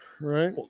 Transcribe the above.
right